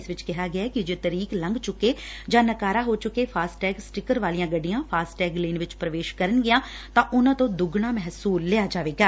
ਇਸ ਵਿਚ ਕਿਹਾ ਗਿਐ ਕਿ ਜੇ ਤਰੀਕ ਲੰਘ ਚੁੱਕੇ ਜਾਂ ਨਕਾਰਾ ਹੋ ਚੁੱਕੇ ਫਾਸਟੈਗ ਸਟਿੱਕਰ ਵਾਲੀਆਂ ਗੱਡੀਆਂ ਫਾਸਟੈਗ ਲੇਨ ਵਿਚ ਪ੍ਰਵੇਸ਼ ਕਰਨਗੀਆਂ ਤਾਂ ਉਨ੍ਹਾਂ ਤੋਂ ਦੁੱਗਣਾ ਮਹਿਸੂਲ ਲਿਆ ਜਾਵੇਗਾ